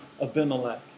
Abimelech